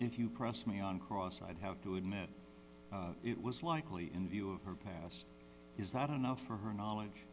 if you cross me on cross i'd have to admit it was likely in view of her past is not enough for her knowledge